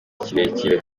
kirekire